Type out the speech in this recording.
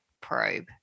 probe